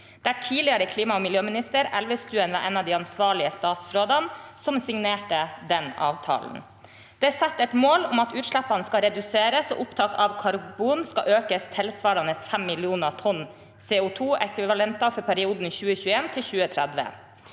der tidligere klima- og miljøminister Ola Elvestuen var en av de ansvarlige statsrådene som signerte avtalen. Den setter et mål om at utslippene skal reduseres, og at opptaket av karbon skal økes tilsvarende 5 millioner tonn CO2-ekvivalenter i perioden 2021–2030.